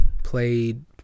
played